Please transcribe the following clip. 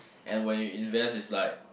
and when you invest it's like